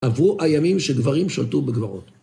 עברו הימים שגברים שולטו בגברות.